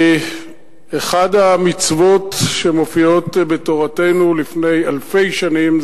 אחת המצוות שמופיעות בתורתנו לפני אלפי שנים,